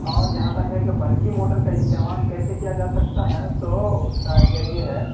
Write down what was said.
اور جہاں تک ہے کہ برقی موٹر کا استعمال کیسے کیا جا سکتا ہے تو اس کا آئیڈیا یہ ہے